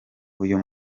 uyu